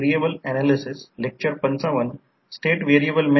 single phase ट्रान्सफॉर्मरमध्ये पर turn अंदाजे 15 व्होल्ट आहे जे दिले आहे आणि 1